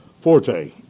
forte